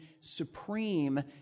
supreme